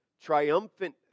Triumphant